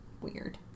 weird